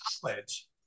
college